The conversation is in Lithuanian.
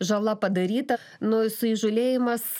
žala padaryta nu suįžūlėjimas